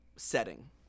setting